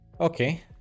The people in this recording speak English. Okay